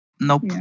Nope